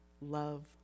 love